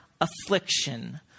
affliction